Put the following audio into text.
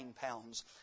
pounds